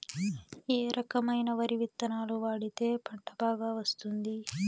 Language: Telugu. ఏ రకమైన వరి విత్తనాలు వాడితే పంట బాగా వస్తుంది?